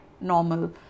normal